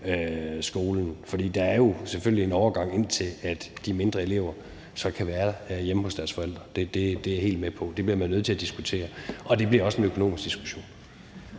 skolen. For der er jo selvfølgelig en overgang, indtil de mindre elever kan være hjemme hos deres forældre. Det er jeg helt med på. Det bliver man nødt til at diskutere, og det bliver også en økonomisk diskussion.